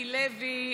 מיקי לוי,